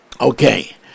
Okay